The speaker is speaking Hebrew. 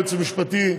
היועץ המשפטי,